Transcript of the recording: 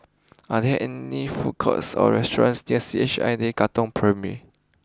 are there any food courts or restaurants near C H I J Katong Primary